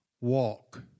walk